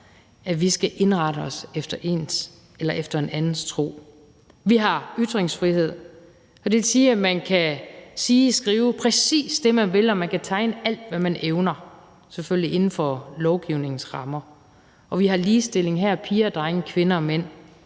at vi skal indrette os efter en andens tro. Vi har ytringsfrihed, og det vil sige, at man kan sige og skrive præcis det, man vil, og man kan tegne alt, hvad man evner – selvfølgelig inden for lovgivningens rammer. Og vi har ligestilling. Her er piger og drenge, kvinder og mænd